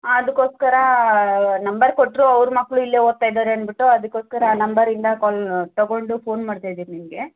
ಹಾಂ ಅದಕ್ಕೋಸ್ಕರ ನಂಬರ್ ಕೊಟ್ಟರು ಅವ್ರ ಮಕ್ಕಳು ಇಲ್ಲೆ ಓದ್ತಾಯಿದ್ದಾರೆ ಅಂದ್ಬಿಟ್ಟು ಅದಕ್ಕೋಸ್ಕರ ನಂಬರಿಂದ ಕಾಲ್ ತಗೊಂಡು ಫೋನ್ ಮಾಡ್ತಾಯಿದ್ದೀನಿ ನಿಮಗೆ